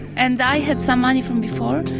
and i had some money from before.